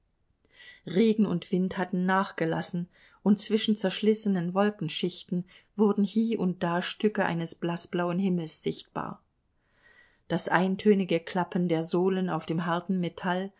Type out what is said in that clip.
regen und wind hatten nachgelassen und zwischen zerschlissenen wolkenschichten wurden hie und da stücke eines blaßblauen himmels sichtbar das eintönige klappen der sohlen auf dem harten metall